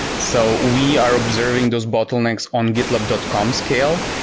so we are observing those bottlenecks on gitlab dot com scale.